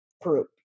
group